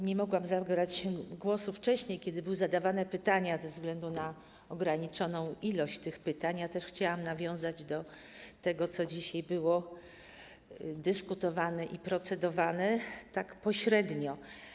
Nie mogłam zabrać głosu wcześniej, kiedy były zadawane pytania, ze względu na ograniczoną ilość tych pytań, a też chciałam nawiązać do tego, co dzisiaj było dyskutowane i procedowane, tak pośrednio.